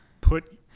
put